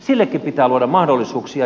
sillekin pitää luoda mahdollisuuksia